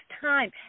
time